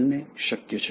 બંને શક્ય છે